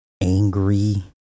angry